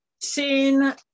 seen